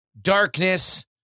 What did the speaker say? darkness